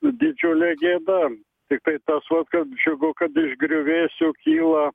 didžiulė gėda tiktai tas vat kas džiugu kad iš griuvėsių kyla